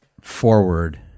forward